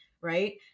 right